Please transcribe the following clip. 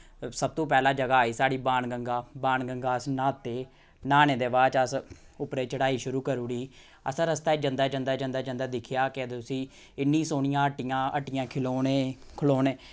सबतो पैह्लै जगह आई साढ़ी बाणगंगा बाणगंगा अस न्हाते न्हाने दे बाद च अस उप्परै ई चढ़ाई शुरू करूड़ी असें रस्ते जन्दे जन्दे जन्दे जन्दे दिक्खेआ केह् आखदे उसी इन्नी सोह्नियां हट्टियां हट्टियै खिलोने खलौने